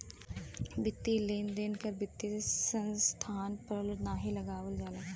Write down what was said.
वित्तीय लेन देन कर वित्तीय संस्थान पर नाहीं लगावल जाला